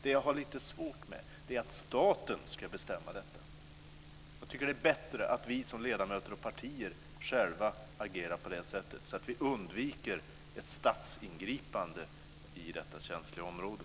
Det jag har lite svårt med är att staten ska bestämma detta. Jag tycker att det är bättre att vi som ledamöter och partier själva agerar på det sättet så att vi undviker ett statsingripande på detta känsliga område.